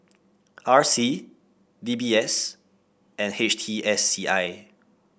R C D B S and H T S C I